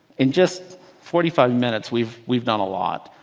in just forty five minutes, we've we've done a lot.